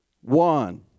one